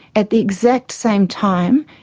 at the exact same time,